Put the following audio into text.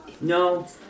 No